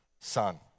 son